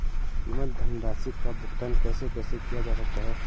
बीमा धनराशि का भुगतान कैसे कैसे किया जा सकता है?